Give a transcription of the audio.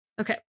Okay